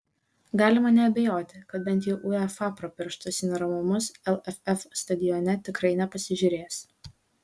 galima neabejoti kad bent jau uefa pro pirštus į neramumus lff stadione tikrai nepasižiūrės